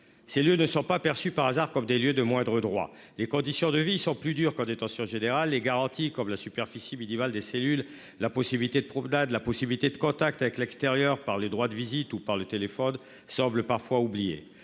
Ces lieux ne sont pas perçues par hasard comme des lieux de moindre droit les conditions de vie sont plus dur qu'en détention général les garanties comme la superficie minimale des cellules, la possibilité de promenade la possibilité de contact avec l'extérieur par les droits de visite ou par le téléphone semble parfois oublier